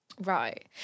right